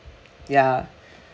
ya